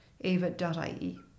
ava.ie